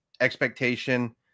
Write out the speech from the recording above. expectation